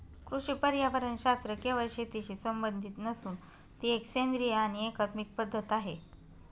कृषी पर्यावरणशास्त्र केवळ शेतीशी संबंधित नसून ती एक सेंद्रिय आणि एकात्मिक पद्धत आहे